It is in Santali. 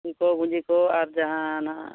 ᱞᱩᱝᱜᱤ ᱠᱚ ᱜᱩᱡᱤ ᱠᱚ ᱟᱨ ᱡᱟᱦᱟᱸ ᱱᱟᱦᱟᱜ